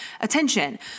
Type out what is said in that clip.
attention